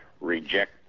reject